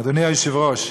אדוני היושב-ראש,